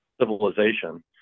civilization